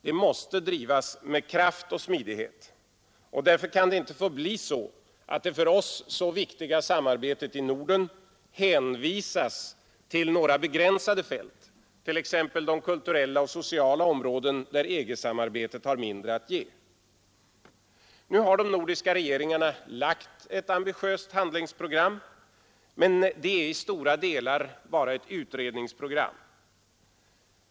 Det måste drivas med kraft och smidighet, och därför kan det inte få bli så att det för oss så viktiga samarbetet i Norden hänvisas till några begränsade fält, t.ex. de kulturella och sociala områden där EG-samarbetet har mindre att ge. Nu har de nordiska regeringarna lagt ett ambitiöst handlingsprogram, men det är i stora delar bara ett utredningsprogram.